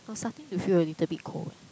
I'm starting to feel a little bit cold eh